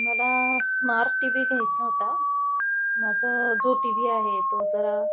मला smart TV घ्यायचा होता माझा जो टी वी आहे तो जरा